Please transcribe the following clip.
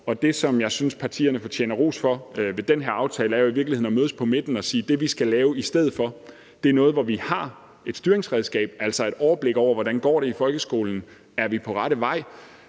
Det, jeg synes partierne fortjener ros for, er, at de med den her aftale jo i virkeligheden mødes på midten og siger, at det, vi skal lave i stedet for, er noget, hvor vi har et styringsredskab, altså et overblik over, hvordan det går i folkeskolen, om vi er på rette vej